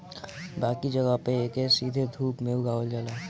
बाकी जगह पे एके सीधे धूप में उगावल जाला